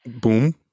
Boom